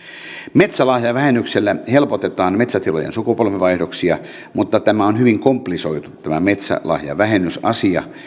metsälahjavähennyksellä helpotetaan metsätilojen sukupolvenvaihdoksia mutta tämä on hyvin komplisoitu tämä metsälahjavähennysasia